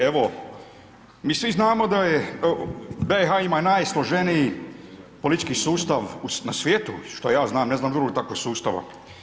Evo, mi svi znamo da je, da BiH ima najsloženiji politički sustav na svijetu, što ja znam, ne znam drugog takvog sustava.